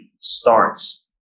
starts